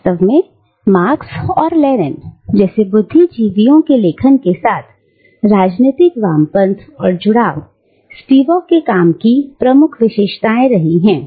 वास्तव मेंमार्क्स और लेनिन जैसे बुद्धिजीवियों के लेखन के साथ राजनीतिक वामपंथ और जुड़ाव स्पिवाक के काम की प्रमुख विशेषताएं रही हैं